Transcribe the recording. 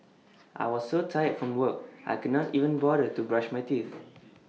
I was so tired from work I could not even bother to brush my teeth